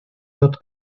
tot